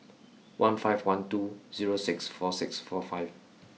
one five one two zero six four six four five